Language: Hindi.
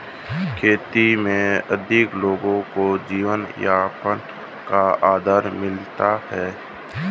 खेती में अधिक लोगों को जीवनयापन का आधार मिलता है